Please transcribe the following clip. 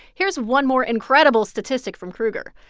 here's one more incredible statistic from krueger.